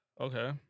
Okay